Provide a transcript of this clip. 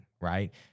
right